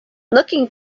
looking